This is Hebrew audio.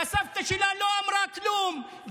והסבתא שלה לא אמרה כלום,